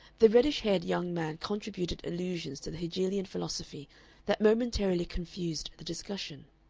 the reddish-haired young man contributed allusions to the hegelian philosophy that momentarily confused the discussion.